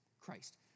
Christ